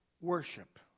worship